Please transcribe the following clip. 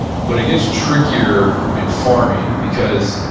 but it gets trickier in farming because,